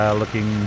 looking